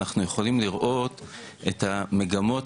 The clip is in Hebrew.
אנחנו יכולים לראות את המגמות,